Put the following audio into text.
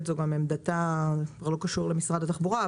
זו גם עמדתה בלי קשר למשרד התחבורה,